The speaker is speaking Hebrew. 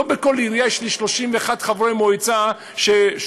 לא בכל עירייה יש לי 31 חברי מועצה ששומעים,